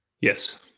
Yes